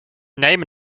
neem